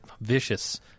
vicious